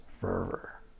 fervor